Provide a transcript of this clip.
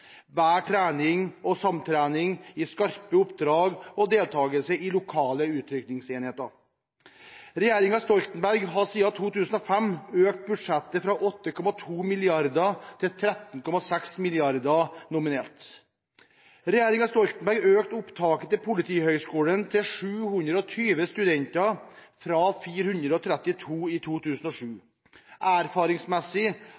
bedre trening og samtrening i skarpe oppdrag og deltakelse i lokale utrykningsenheter. Regjeringen Stoltenberg har siden 2005 økt budsjett fra 8,22 mrd. kr til 13,6 mrd. kr nominelt. Regjeringen Stoltenberg økte opptaket til Politihøgskolen til 720 studenter – fra 432 i